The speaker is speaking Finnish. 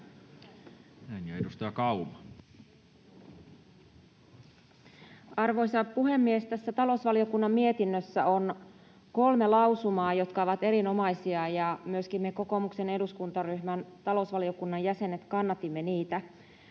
Arvoisa puhemies! Tässä talousvaliokunnan mietinnössä on kolme lausumaa, jotka ovat erinomaisia. Myöskin me kokoomuksen eduskuntaryhmän talousvaliokunnan jäsenet kannatimme niitä.